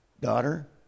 daughter